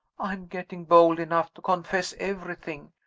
i am getting bold enough to confess everything.